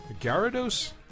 Gyarados